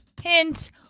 Hint